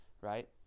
right